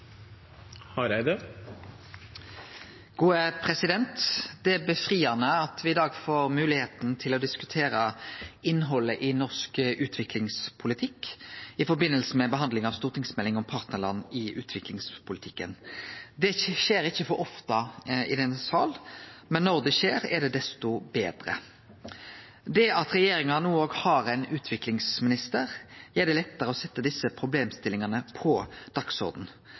at me i dag får moglegheit til å diskutere innhaldet i norsk utviklingspolitikk i samband med behandlinga av stortingsmeldinga om partnarland i utviklingspolitikken. Det skjer ikkje for ofte i denne salen, men når det skjer, er det desto betre. Det at regjeringa no har ein utviklingsminister, gjer det òg lettare å sette desse problemstillingane på